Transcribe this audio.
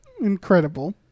Incredible